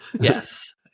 Yes